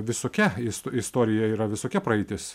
visokia isto istorija yra visokia praeitis